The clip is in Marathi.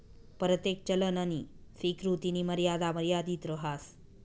परतेक चलननी स्वीकृतीनी मर्यादा मर्यादित रहास